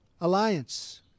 alliance